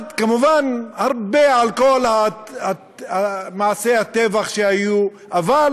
כמובן, הרבה על כל מעשי הטבח שהיו, אבל